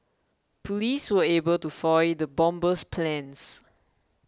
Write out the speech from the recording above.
police were able to foil the bomber's plans